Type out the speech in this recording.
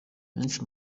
benshi